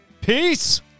peace